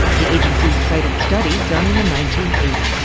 the agencies cited studies done in the nineteen eighty s.